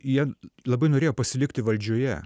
jie labai norėjo pasilikti valdžioje